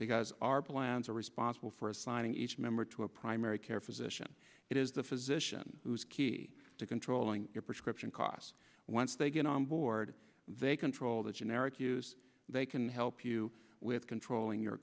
because our plans are responsible for assigning each member to a primary care physician it is the physician who is key to controlling your prescription costs once they get on board they control the generic use they can help you with controlling your